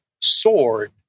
sword